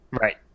right